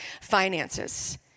finances